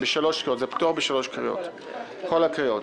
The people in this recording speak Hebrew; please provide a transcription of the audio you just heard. זה פטור בכל הקריאות,